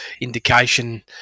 indication